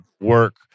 work